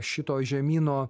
šito žemyno